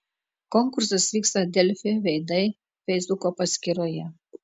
konkursas vyksta delfi veidai feisbuko paskyroje